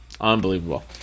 unbelievable